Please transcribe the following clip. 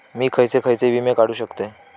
मी खयचे खयचे विमे काढू शकतय?